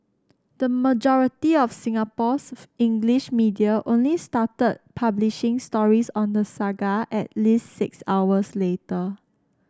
the majority of Singapore's English media only started publishing stories on the saga at least six hours later